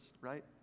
right